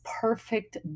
perfect